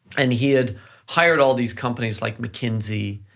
and he had hired all these companies like mckinsey,